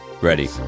Ready